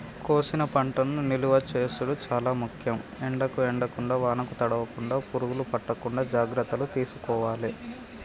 కోసిన పంటను నిలువ చేసుడు చాల ముఖ్యం, ఎండకు ఎండకుండా వానకు తడవకుండ, పురుగులు పట్టకుండా జాగ్రత్తలు తీసుకోవాలె